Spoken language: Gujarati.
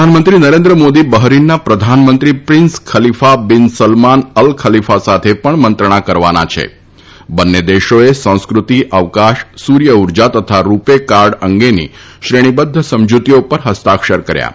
પ્રધાનમંત્રી નરેન્દ્ર મોદી બહરીનના પ્રધાનમંત્રી prince Khalifa bin Salman al Khalifa સાથે પણ મંત્રણા કરવાના છે બંને દેશોએ સંસ્કૃતિ અવકાશ સૂર્ય ઉર્જા તથા રૂપે કાર્ડ અંગેની શ્રેણીબદ્ધ સમજૂતીઓ ઉપર હસ્તાક્ષર કર્યા હતા